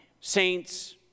saints